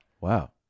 Wow